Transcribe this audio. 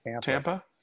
Tampa